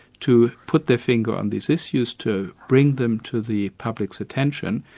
to put their finger on these issue to bring them to the public's attentiion,